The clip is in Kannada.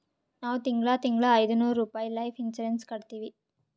ನಾವ್ ತಿಂಗಳಾ ತಿಂಗಳಾ ಐಯ್ದನೂರ್ ರುಪಾಯಿ ಲೈಫ್ ಇನ್ಸೂರೆನ್ಸ್ ಕಟ್ಟತ್ತಿವಿ